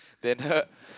then her